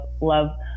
love